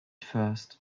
first